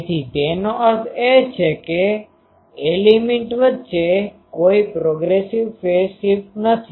તેથી તેનો અર્થ એ છે કે એલીમેન્ટelementsતત્વો વચ્ચે કોઈ પ્રોગ્રેસીવ ફેઝ શિફ્ટ નથી